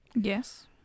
Yes